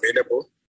available